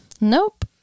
Nope